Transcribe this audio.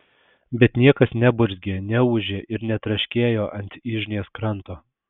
bet niekas neburzgė neūžė ir netraškėjo ant yžnės kranto